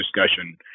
discussion